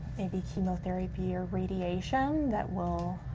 maybe chemotherapy or radiation that will,